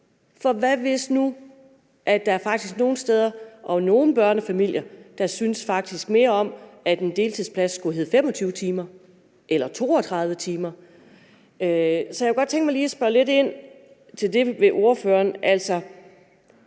For hvad, hvis nu der er nogle steder og nogle børnefamilier, der faktisk synes mere om, at en deltidsplads skulle være på 25 timer eller 32 timer? Så jeg kunne godt tænke mig lige at spørge ordføreren lidt ind til det.